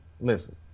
Listen